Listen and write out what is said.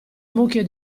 mucchio